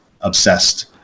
obsessed